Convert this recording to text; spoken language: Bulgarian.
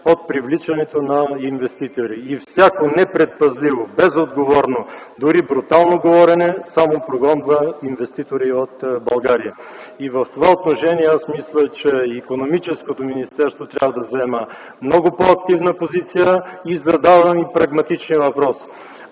от привличането на инвеститори и всяко непредпазливо, безотговорно, дори брутално говорене само прогонва инвеститори от България. В това отношение мисля, че Икономическото министерство трябва да заема много по-активна позиция и задавам прагматичния въпрос: